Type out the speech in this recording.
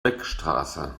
beckstraße